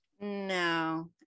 no